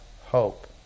hope